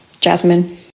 Jasmine